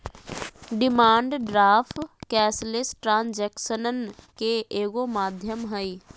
demand draft cashless ट्रांजेक्शनन के एगो माध्यम हइ